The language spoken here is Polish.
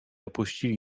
opuścili